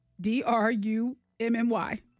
D-R-U-M-M-Y